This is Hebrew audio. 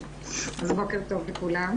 לפני ארבעה חודשים הגעת לבקר אותי בבית החולים.